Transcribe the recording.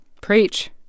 Preach